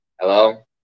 Hello